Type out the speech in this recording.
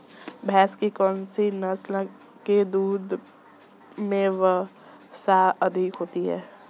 भैंस की कौनसी नस्ल के दूध में वसा अधिक होती है?